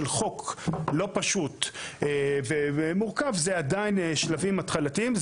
חוק לא פשוט ומורכב זה עדיין שלבים התחלתיים.